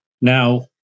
Now